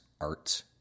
art